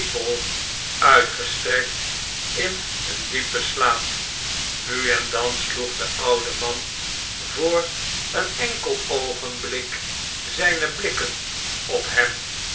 uitgestrekt in een diepen slaap nu en dan sloeg de oude man voor een enkel oogensnel en onophoudelijk op